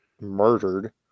murdered